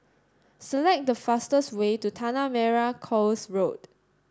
select the fastest way to Tanah Merah Coast Road